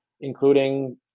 including